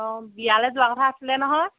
অ বিয়ালৈ যোৱাৰ কথা আছিলে নহয়